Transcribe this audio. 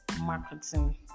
marketing